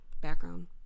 background